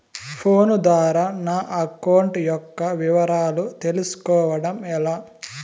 Phone ద్వారా నా account యొక్క వివరాలు తెలుస్కోవడం ఎలా?